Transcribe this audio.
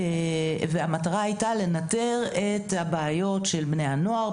והמטרה הייתה לנטר את הבעיות של בני הנוער,